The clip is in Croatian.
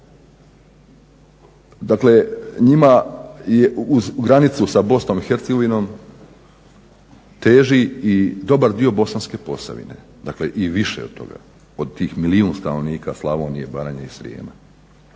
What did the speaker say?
dakle njima je uz granicu sa BiH teži i dobar dio Bosanske Posavine, dakle i više od toga od tih milijun stanovnika Slavonije, Baranje i Srijema?